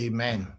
Amen